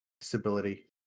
disability